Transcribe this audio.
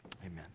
Amen